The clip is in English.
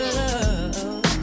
love